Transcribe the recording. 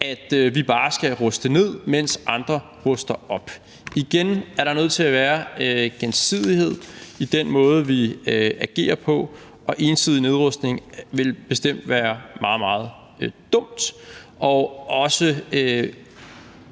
at vi bare skal ruste ned, mens andre ruster op. Igen: Der er nødt til at være gensidighed i den måde, vi agerer på, og ensidig nedrustning vil bestemt være meget, meget dumt og også